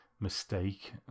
mistake